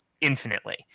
infinitely